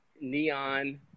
Neon